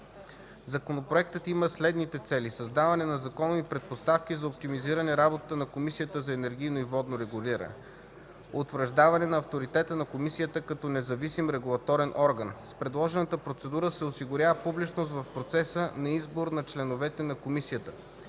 Законопроектът има следните цели: създаване на законови предпоставки за оптимизиране работата на Комисията за енергийно и водно регулиране. Утвърждаване на авторитета на Комисията като независим регулаторен орган. С предложената процедура се осигурява публичност в процеса на избор на членовете на Комисията.